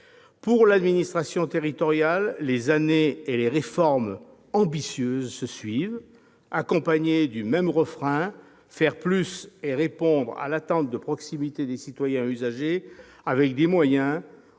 Pour l'administration territoriale, les années et les réformes « ambitieuses » se suivent, accompagnées du même refrain : faire plus et répondre à l'attente de proximité des citoyens usagers avec des moyens